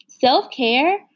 Self-care